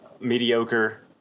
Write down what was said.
Mediocre